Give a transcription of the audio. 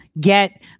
get